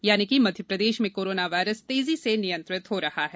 यानी कि मध्यप्रदेश में कोरोना वायरस तेजी से नियंत्रित हो रहा है